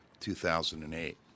2008